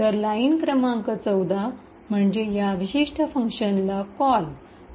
तर लाइन क्रमांक १४ म्हणजे या विशिष्ट फंक्शनला कॉल